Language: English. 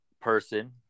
person